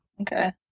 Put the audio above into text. Okay